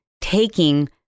taking